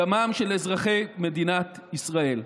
דמם של אזרחי מדינת ישראל.